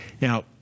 Now